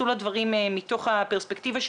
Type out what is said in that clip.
שלו זה חינוך והשפעת הסביבה כי ברור לכולנו הקשר